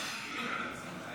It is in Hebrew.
(תיקוני חקיקה), התשפ"ד 2024,